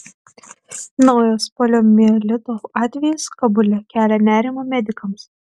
naujas poliomielito atvejis kabule kelia nerimą medikams